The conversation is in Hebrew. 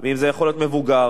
וזה יכול להיות מבוגר,